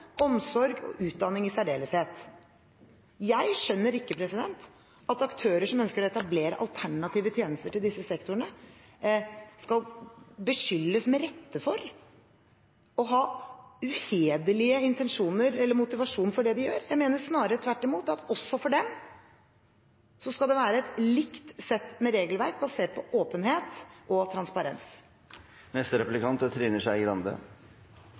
omsorg og utdanning i særdeleshet. Jeg skjønner ikke at aktører som ønsker å etablere alternative tjenester til disse sektorene, med rette skal beskyldes for å ha uhederlige intensjoner eller motivasjoner for det de gjør. Jeg mener tvert imot at også for dem skal det være et likt sett med regelverk, basert på åpenhet og transparens. Det er